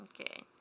Okay